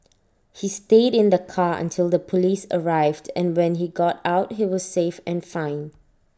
he stayed in the car until the Police arrived and when he got out he was safe and fine